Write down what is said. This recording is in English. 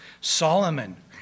Solomon